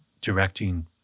directing